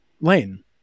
lane